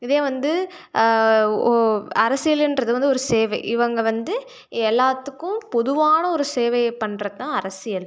இதே வந்து ஓ அரசியலுகிறது வந்து ஒரு சேவை இவங்க வந்து எல்லாத்துக்கும் பொதுவான ஒரு சேவையை பண்ணுறது தான் அரசியல்